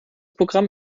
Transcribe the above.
programm